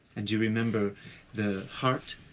and you remember the heart,